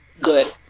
good